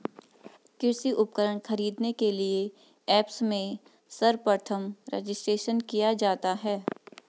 कृषि उपकरण खरीदने के लिए ऐप्स में सर्वप्रथम रजिस्ट्रेशन किया जाता है